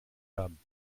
haben